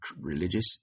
religious